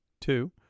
Two